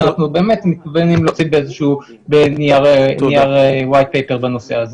הוא מסוכן, כי לא מדובר רק בפגיעה קלה בפרטיות.